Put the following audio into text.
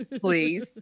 please